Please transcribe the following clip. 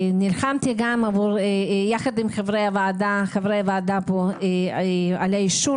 נלחמתי גם ביחד עם חברי הוועדה על אישור